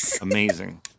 amazing